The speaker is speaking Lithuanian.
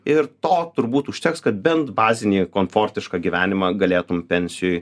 ir to turbūt užteks kad bent bazinį komfortišką gyvenimą galėtum pensijoj